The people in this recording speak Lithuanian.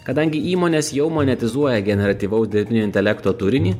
kadangi įmonės jau monetizuoja generatyvaus dirbtinio intelekto turinį